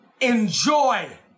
enjoy